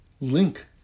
link